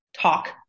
talk